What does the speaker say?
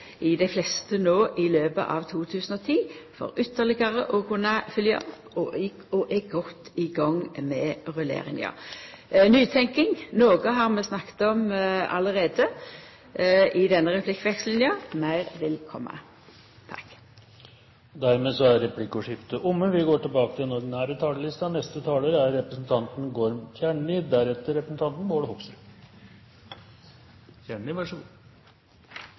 – dei fleste – skal vera ferdige i løpet av 2010, for ytterlegare å kunna følgja opp, og vi er godt i gang med rulleringa. Nytenking: Noko har vi allereie snakka om i denne replikkvekslinga, meir vil koma. Replikkordskiftet er dermed omme. I de to sakene vi nå behandler, er vi i realiteten invitert til